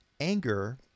anger